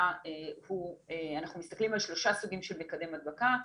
אנחנו מסתכלים על שלושה סוגים של מקדם הדבקה.